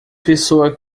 pessoa